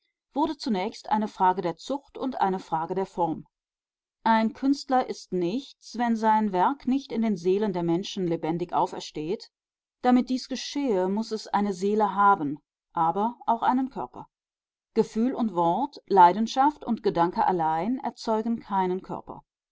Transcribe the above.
wurde zunächst eine frage der zucht und eine frage der form ein künstler ist nichts wenn sein werk nicht in den seelen der menschen lebendig aufersteht damit dies geschehe muß es eine seele haben aber auch einen körper gefühl und wort leidenschaft und gedanke allein erzeugen keinen körper